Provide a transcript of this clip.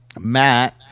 Matt